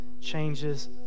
changes